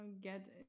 get